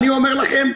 אני אומר לכם: